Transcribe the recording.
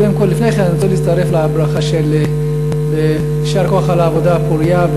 לפני כן אני רוצה להצטרף לברכה של יישר כוח על העבודה הפורייה,